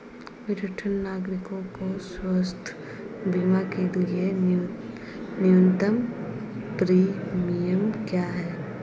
वरिष्ठ नागरिकों के स्वास्थ्य बीमा के लिए न्यूनतम प्रीमियम क्या है?